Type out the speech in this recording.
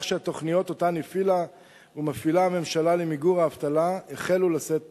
שהתוכניות שאותן הפעילה ומפעילה הממשלה למיגור האבטלה החלו לשאת פרי.